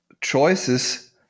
choices